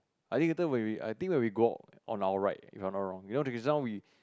I think later when we I think when we go on our right in other wrong if want to result we